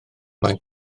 mae